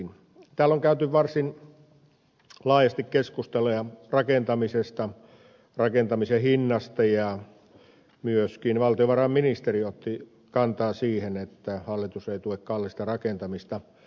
täällä on käyty varsin laajasti keskustelua rakentamisesta rakentamisen hinnasta ja myöskin valtiovarainministeri otti kantaa siihen että hallitus ei tue kallista rakentamista